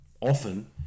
often